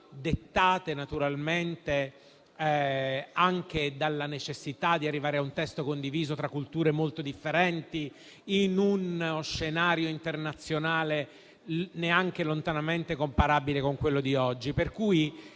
dettate, naturalmente, anche dalla necessità di arrivare a un testo condiviso tra culture molto differenti, in uno scenario internazionale neanche lontanamente comparabile con quello di oggi.